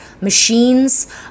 machines